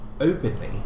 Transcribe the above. openly